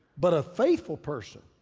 but a faithful person